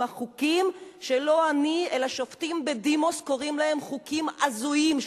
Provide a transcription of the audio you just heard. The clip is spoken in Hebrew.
עם חוקים שלא אני אלא שופטים בדימוס קוראים להם חוקים הזויים,